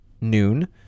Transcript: noon